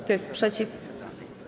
Kto jest przeciw?